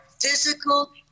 physical